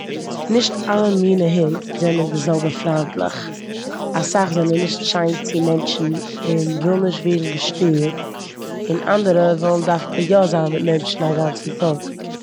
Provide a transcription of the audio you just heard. נישט אלע מינע הונט זענען די זעלבע פריינטליך. אסאך זענען נישט שיין צו מענטשן און ווילן נישט ווערן געשטערט און אנדערע ווילן דווקא יא זיין מיט מענטשן א גאנצן טאג.